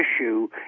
issue